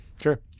sure